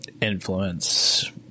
influence